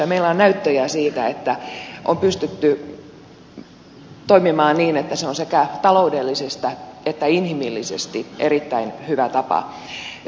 meillä on näyttöjä siitä että on pystytty toimimaan niin että se on sekä taloudellisesti että inhimillisesti erittäin hyvä tapa